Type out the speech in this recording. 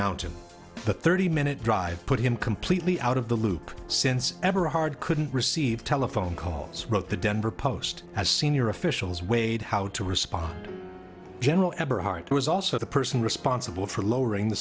mountain the thirty minute drive put him completely out of the loop since every hard couldn't receive telephone calls wrote the denver post as senior officials weighed how to respond general eberhart was also the person responsible for lowering the